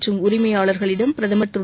மற்றம் உரிமையாளர்களிடம் பிரதமர் திரு